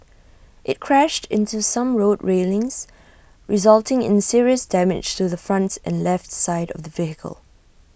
IT crashed into some road railings resulting in serious damage to the front and left side of the vehicle